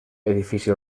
edifici